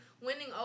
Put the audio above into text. winning